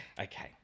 Okay